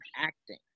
acting